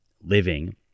living